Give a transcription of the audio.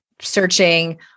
searching